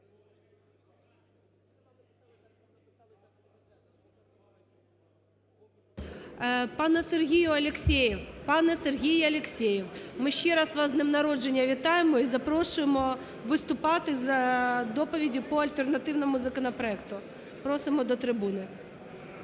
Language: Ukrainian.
пане Сергій Алєксєєв, ми ще раз вас із днем народження вітаємо і запрошуємо виступити з доповіддю по альтернативному законопроекту. Просимо до трибуни.